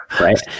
Right